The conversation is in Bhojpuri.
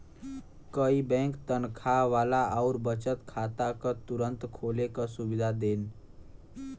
कई बैंक तनखा वाला आउर बचत खाता क तुरंत खोले क सुविधा देन